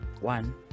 One